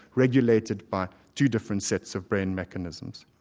regulated by two different sets of brain mechanisms.